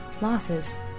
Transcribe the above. losses